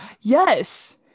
Yes